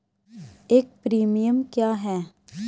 एक प्रीमियम क्या है?